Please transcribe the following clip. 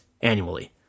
annually